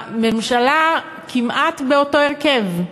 הממשלה, כמעט באותו הרכב,